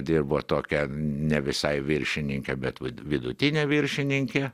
dirbo tokia ne visai viršininke bet vidutine viršininke